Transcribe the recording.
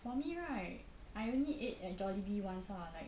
for me right I only ate at Jollibee once lor like